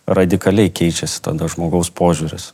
radikaliai keičiasi žmogaus požiūris